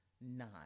nine